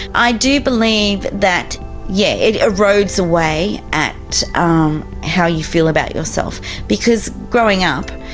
i do believe that yes, it erodes away at um how you feel about yourself because growing up,